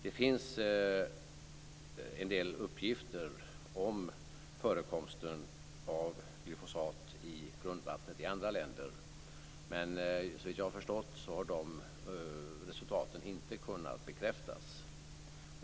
Det finns en del uppgifter om förekomsten av glyfosat i grundvattnet i andra länder. Men såvitt jag förstått har de resultaten inte kunnat bekräftas.